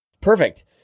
Perfect